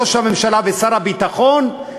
ראש הממשלה ושר הביטחון,